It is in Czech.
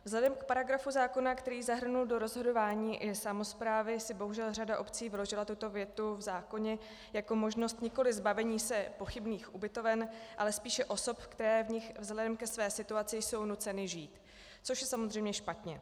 Vzhledem k paragrafu zákona, který zahrnul do rozhodování i samosprávy, si bohužel řada obcí vyložila tuto větu v zákoně jako možnost nikoli zbavení se pochybných ubytoven, ale spíše osob, které v nich vzhledem ke své situaci jsou nuceny žít, což je samozřejmě špatně.